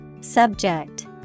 Subject